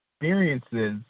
experiences